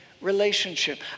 relationship